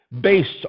based